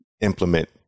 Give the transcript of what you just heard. implement